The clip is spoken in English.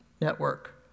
Network